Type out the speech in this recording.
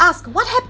asked what happened